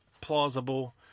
plausible